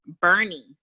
Bernie